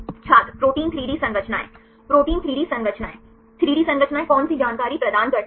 छात्र protein 3 D संरचनाएं protein 3 D संरचनाएं 3 डी संरचनाएं कौन सी जानकारी प्रदान करती हैं